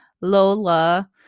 Lola